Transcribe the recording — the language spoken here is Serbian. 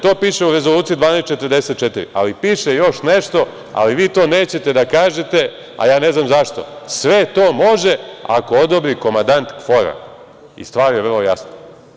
To piše u Rezoluciji 1244, ali piše još nešto, ali vi to nećete da kažete, a ja ne znam zašto – sve to može ako odobri komandant KFOR-a i stvar je vrlo jasno.